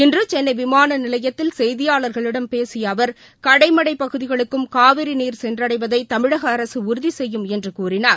இன்றுசென்னைவிமானநிலையத்தில் செய்தியாளர்களிடம் பேசியஅவர் கடைமடைபகுதிகளுக்கும் காவிரிநீர் சென்றடவதைதமிழகஅரசுஉறுதிசெய்யும் என்றுகூறினார்